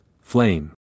Flame